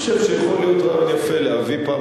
אני חושב שיכול להיות רעיון יפה להביא פעם